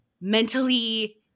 mentally